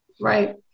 right